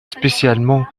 spécialement